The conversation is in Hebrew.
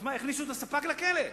אז מה, יכניסו את הספק לכלא?